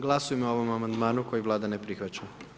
Glasujmo o ovom amandmanu koji Vlada ne prihvaća.